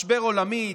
משבר עולמי,